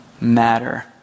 matter